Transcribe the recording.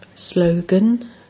Slogan